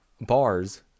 bars